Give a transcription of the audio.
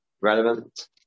relevant